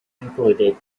included